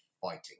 fighting